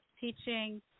teaching